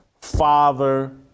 father